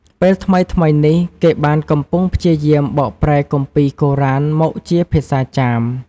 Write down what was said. ពេលថ្មីៗនេះ គេបានកំពុងព្យាយាមបកប្រែគម្ពីរកូរ៉ានមកជាភាសាចាម។